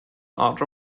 art